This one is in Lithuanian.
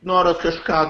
noras kažką